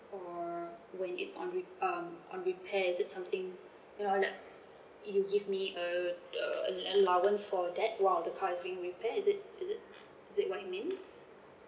or when it's on re~ um on repair is it something you give me uh uh allowance for that while the car is being repair is it is it is it what it means